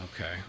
okay